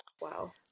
Wow